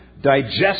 digest